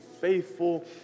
faithful